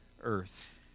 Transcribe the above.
earth